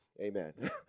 Amen